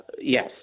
Yes